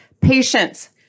patience